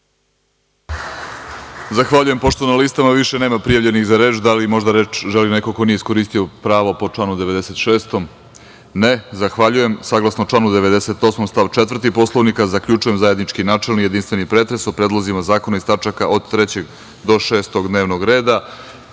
Zahvaljujem. Pošto na listama više nema prijavljenih za reč, da li možda želi reč neko ko nije iskoristio pravo po članu 96? (Ne)Zahvaljujem. Saglasno članu 98. stav 4. Poslovnika, zaključujem zajednički, načelni i jedinstveni pretres o predlozima zakona iz tačaka od 3. do 6. dnevnog